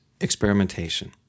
experimentation